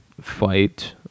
fight